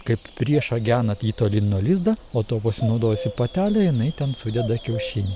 kaip priešą gena jį tolyn nuo lizdo o tuo pasinaudosi patelė jinai ten sudeda kiaušinį